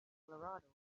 colorado